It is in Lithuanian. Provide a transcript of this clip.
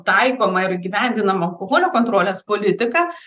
taikomą ir įgyvendinamą alkoholio kontrolės politiką